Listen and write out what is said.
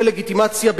דה-לגיטימציה,